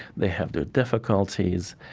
they have their difficulties.